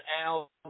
Al